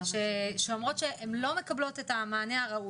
שאומרות שהן לא מקבלות את המענה הראוי,